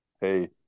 hey